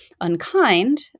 unkind